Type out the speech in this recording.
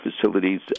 facilities